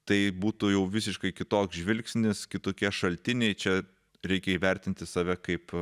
tai būtų jau visiškai kitoks žvilgsnis kitokie šaltiniai čia reikia įvertinti save kaip